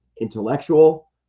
intellectual